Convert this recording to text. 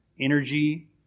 energy